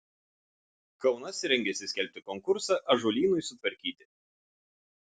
kaunasi rengiasi skelbti konkursą ąžuolynui sutvarkyti